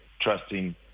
trusting